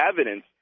evidence